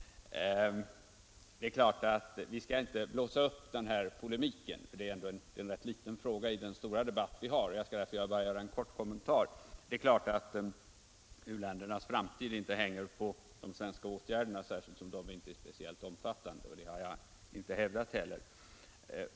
Vi skall givetvis inte blåsa upp den här polemiken. Det rör sig ändå om en rätt liten fråga i den stora debatt som vi för. Jag skall därför bara göra en kort kommentar. Det är klart att u-ländernas framtid inte hänger på de svenska åtgärderna, särskilt som dessa inte är speciellt omfattande. Det har jag inte hävdat heller.